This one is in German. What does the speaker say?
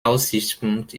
aussichtspunkt